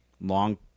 long